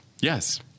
Yes